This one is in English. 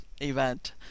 event